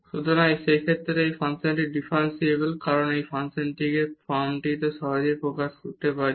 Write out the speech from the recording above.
সুতরাং সেই ক্ষেত্রে এই ফাংশনটি ডিফারেনশিবল কারণ আমরা এই ফাংশনটিকে এই ফর্মটিতে সহজেই প্রকাশ করতে পারি